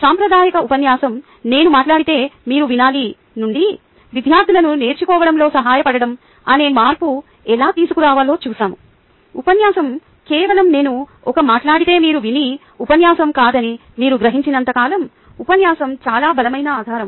సాంప్రదాయిక ఉపన్యాసం - నేను మాట్లాడితే మీరు వినాలి నుండి విద్యార్థులను నేర్చుకోవడంలో సహాయపడడం అనే మార్పు ఎలా తీసుకురావాలో చూసాము ఉపన్యాసం కేవలం ఒక నేను మాట్లాడితే మీరు వినే ఉపన్యాసం కాదని మీరు గ్రహించినంత కాలం ఉపన్యాసం చాలా బలమైన ఆధారం